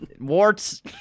Warts